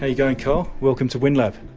ah going carl? welcome to windlab.